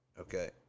okay